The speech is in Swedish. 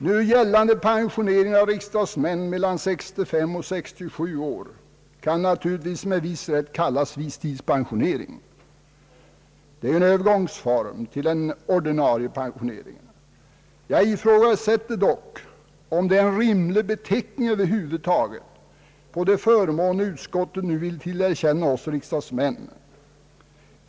Nu gällande pensionering av riksdagsmän mellan 65 och 67 år kan naturligtvis med viss rätt kallas visstidspensionering. Det är ju en övergångsform till den ordinarie pensioneringen. Jag ifrågasätter dock om det är en rimlig beteckning över huvud taget på de förmåner som utskottet nu vill tillerkänna oss riksdagsmän.